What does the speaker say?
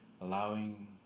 Allowing